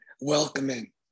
welcoming